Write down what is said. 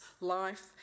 life